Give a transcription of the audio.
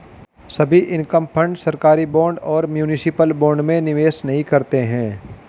सभी income fund सरकारी bond और म्यूनिसिपल बॉन्ड में निवेश नहीं करते हैं